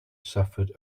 suffered